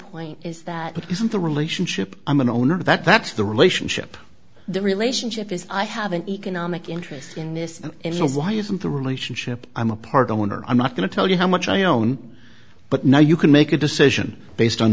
point is that it isn't the relationship i'm an owner of that that's the relationship the relationship is i have an economic interest in this is why isn't the relationship i'm a part owner i'm not going to tell you how much i own but now you can make a decision based on